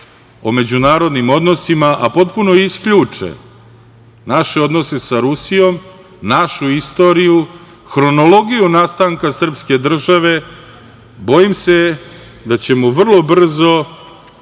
o međunarodnim odnosima, a potpuno isključe naše odnose sa Rusijom, našu istoriju, hronologiju nastanka srpske države bojim se da ćemo vrlo brzo